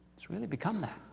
it's really become that.